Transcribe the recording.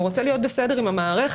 הוא רוצה להיות בסדר עם המערכת.